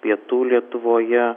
pietų lietuvoje